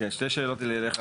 שתי שאלות לי אליך,